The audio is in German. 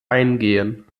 eingehen